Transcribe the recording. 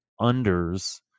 unders